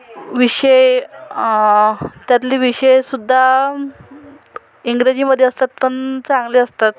विषय त्यातले विषय सुद्धा इंग्रजीमध्ये असतात पण चांगले असतात